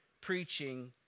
preaching